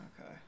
Okay